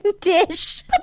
Dish